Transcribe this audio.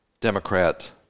Democrat